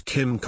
Kim